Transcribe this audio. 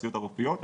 התעשיות הרפואיות,